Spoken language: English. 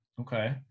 okay